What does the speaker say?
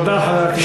תודה, חבר הכנסת.